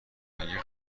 اگه